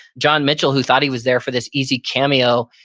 john mitchell, who thought he was there for this easy cameo,